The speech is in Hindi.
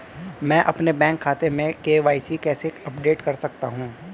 मैं अपने बैंक खाते में के.वाई.सी कैसे अपडेट कर सकता हूँ?